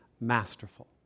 masterful